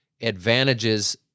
advantages